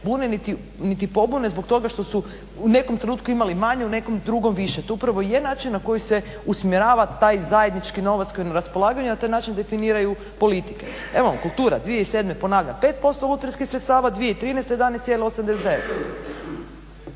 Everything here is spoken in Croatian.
bune niti pobune zbog toga što su u nekom trenutku imali manju, u nekom drugom više. To upravo i je način na koji se usmjerava taj zajednički novac koji je na raspolaganju, a to je način definiraju politike. Evo vam kultura 2007. ponavljam 5% lutrijskih sredstava, 2013. 11,89.